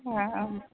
অঁ অঁ